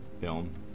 film